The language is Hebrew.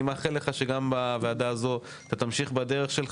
אני מאחל לך שגם בוועדה הזאת תמשיך בדרך זו